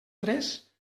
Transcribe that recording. tres